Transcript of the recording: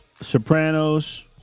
Sopranos